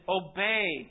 obey